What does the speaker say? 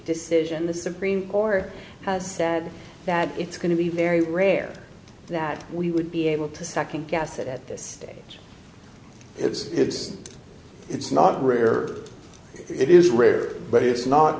decision the supreme court has said that it's going to be very rare that we would be able to second guess it at this stage it's it's it's not rare it is rare but it's not